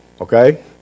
Okay